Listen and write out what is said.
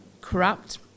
corrupt